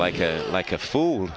like a like a foo